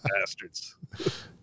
bastards